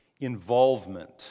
involvement